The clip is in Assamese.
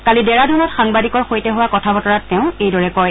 কালি দেৰাডুনত সাংবাদিকৰ সৈতে হোৱা কথা বতৰাত তেওঁ এইদৰে কয়